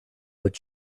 but